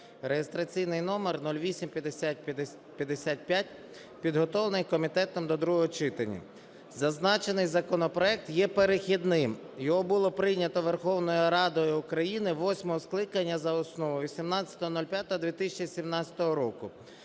(реєстраційний номер 0855), підготовлений комітетом до другого читання. Зазначений законопроект є перехідним. Його було прийнято Верховною Радою України восьмого скликання за основу 18.05.2017 року.